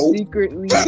secretly